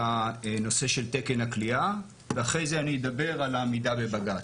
הנושא של תקן הכליאה ואחרי זה אני אדבר על העמידה בבג"צ.